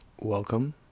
welcome